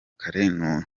kare